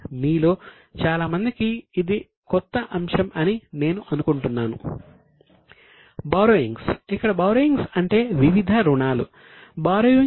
మీలో చాలామందికి ఇది క్రొత్త అంశం అని నేను అనుకుంటున్నాను